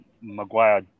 Maguire